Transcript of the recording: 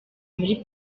muri